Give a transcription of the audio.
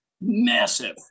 massive